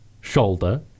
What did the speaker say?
shoulder